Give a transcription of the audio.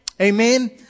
Amen